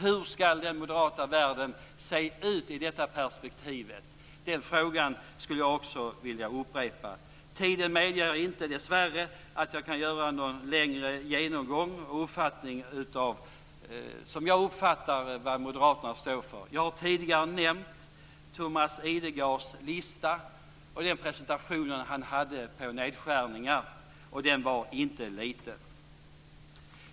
Hur skall den moderata världen se ut i det perspektivet? Den frågan skulle jag också vilja upprepa. Tiden medger dessvärre inte att jag gör någon längre genomgång av det som jag uppfattar att moderaterna står för. Jag har tidigare nämnt Thomas Idergards lista, hans presentation av nedskärningar. Den var inte liten.